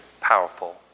powerful